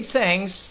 thanks